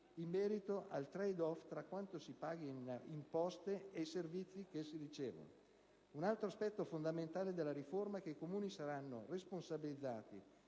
in merito al *trade off* tra quanto si paga in imposte e i servizi che si ricevono. Un altro aspetto fondamentale della riforma è che i Comuni saranno responsabilizzati